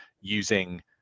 using